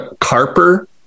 Carper